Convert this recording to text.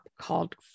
called